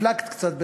הפלגת קצת בדברייך.